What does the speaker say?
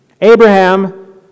Abraham